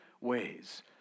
ways